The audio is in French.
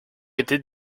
était